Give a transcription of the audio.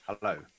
hello